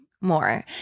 more